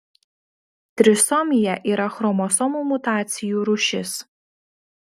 trisomija yra chromosomų mutacijų rūšis